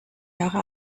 jahre